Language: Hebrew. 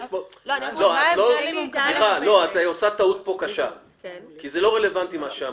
את עושה כאן טעות קשה כי זה לא רלוונטי מה שאמרת.